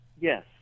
Yes